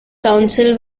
counsel